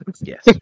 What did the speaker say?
Yes